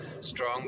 strong